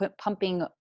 pumping